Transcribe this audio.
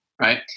right